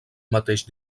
mateix